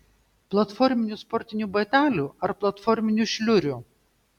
platforminių sportinių batelių ar platforminių šliurių